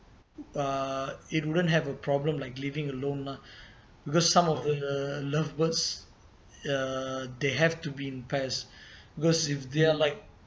uh it wouldn't have a problem like living alone lah because some of the lovebirds uh they have to be in pairs because if they're like